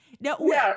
No